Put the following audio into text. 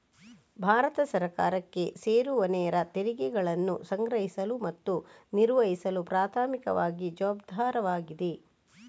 ಭಾರತ ಸರ್ಕಾರಕ್ಕೆ ಸೇರುವನೇರ ತೆರಿಗೆಗಳನ್ನು ಸಂಗ್ರಹಿಸಲು ಮತ್ತು ನಿರ್ವಹಿಸಲು ಪ್ರಾಥಮಿಕವಾಗಿ ಜವಾಬ್ದಾರವಾಗಿದೆ